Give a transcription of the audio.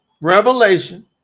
Revelation